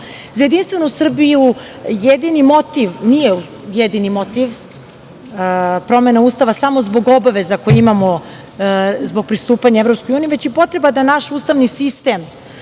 Jedinstvenu Srbiju, jedini motiv, nije jedini motiv promena Ustava samo zbog obaveza koje imamo zbog pristupanja EU, već i potreba da naš ustavni sistem